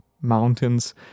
mountains